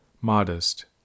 modest